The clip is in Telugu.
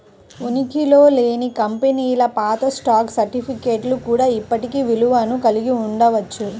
ఉనికిలో లేని కంపెనీల పాత స్టాక్ సర్టిఫికేట్లు కూడా ఇప్పటికీ విలువను కలిగి ఉండవచ్చు